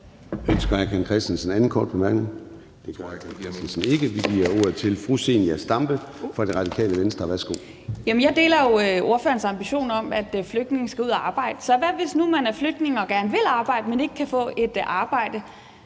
Jeg deler jo ordførerens ambition om, at flygtninge skal ud at arbejde. Hvad nu, hvis man er flygtning og gerne vil arbejde, men ikke kan få et arbejde?